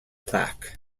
plaque